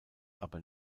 aber